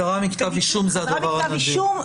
חזרה מכתב אישום זה הדבר הנדיר.